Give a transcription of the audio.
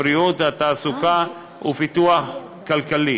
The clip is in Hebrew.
הבריאות והתעסוקה ופיתוח כלכלי.